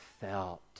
felt